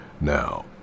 Now